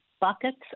buckets